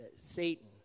Satan